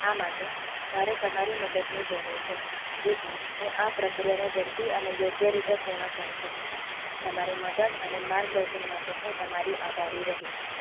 આ માટે મારે તમારી મદદની જરૂર છે જેથી હું આ પ્રક્રિયાને ઝડપી અને યોગ્ય રીતે પૂર્ણ કરી શકું તમારી મદદ અને માર્ગદર્શન માટે હું તમારી આભારી રહીશ